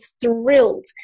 thrilled